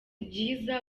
byiza